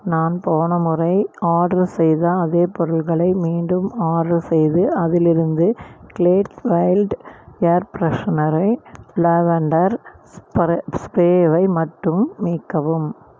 நான் போன முறை ஆர்டர் செய்த அதே பொருட்களை மீண்டும் ஆர்டர் செய்து அதிலிருந்த கிளேட் வைல்ட் ஏர் ஃபிரெஷனரை லாவெண்டர் ஸ்ப்ரேவை மட்டும் நீக்கவும்